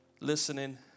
listening